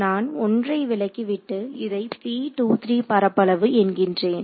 நான் 1 ஐ விலக்கிவிட்டு இதை பரப்பளவு என்கின்றேன்